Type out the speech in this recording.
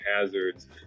hazards